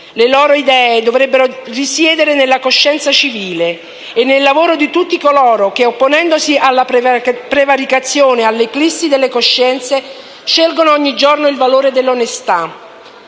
Le loro idee dovrebbero risiedere nella coscienza civile e nel lavoro di tutti coloro che, opponendosi alla prevaricazione e all'eclissi delle coscienze, scelgono ogni giorno il valore dell'onestà.